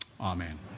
Amen